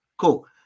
cool